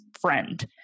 friend